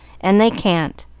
and they can't.